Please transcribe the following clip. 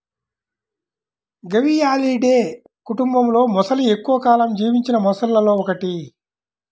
గవియాలిడే కుటుంబంలోమొసలి ఎక్కువ కాలం జీవించిన మొసళ్లలో ఒకటి